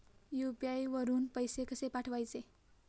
UPI वरून पैसे कसे पाठवायचे?